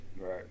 right